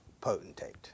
potentate